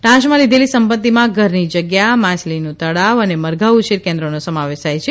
ટાંચમાં લીધેલી સંપત્તિમાં ઘરની જગ્યા માછલીનું તળાવ અને મરઘા ઉછેર કેન્દ્રનો સમાવેશ થાય છે